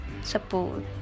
Support